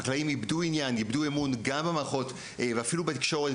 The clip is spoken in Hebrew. החקלאים כבר איבדו עניין ואיבדו אמון גם במערכות וגם בתקשורת,